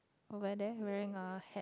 over there wearing a hat